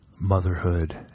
motherhood